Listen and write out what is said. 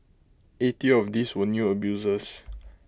eighty of these were new abusers